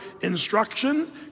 instruction